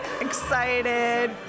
excited